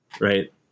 Right